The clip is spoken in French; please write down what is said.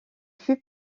fut